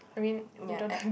ya at